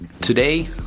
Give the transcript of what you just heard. Today